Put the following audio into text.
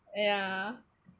yeah